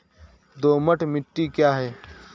दोमट मिट्टी क्या है?